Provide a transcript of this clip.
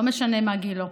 לא משנה מה גילו.